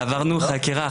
רפאל: עברנו חקירה,